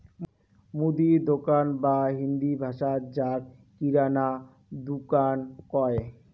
মুদির দোকান বা হিন্দি ভাষাত যাক কিরানা দুকান কয়